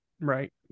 Right